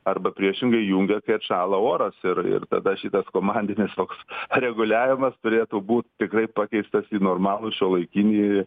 arba priešingai įjunga kai atšąla oras ir ir tada šitas komandinis toks reguliavimas turėtų būt tikrai pakeistas į normalų šiuolaikinį